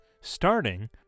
Starting